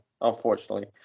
unfortunately